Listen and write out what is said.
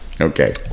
Okay